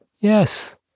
Yes